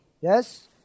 Yes